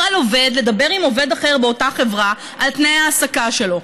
על עובד לדבר עם עובד אחר באותה חברה על תנאי ההעסקה שלו.